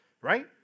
Right